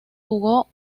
jugó